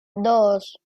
dos